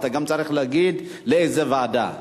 אתה גם צריך להגיד לאיזה ועדה.